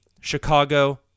Chicago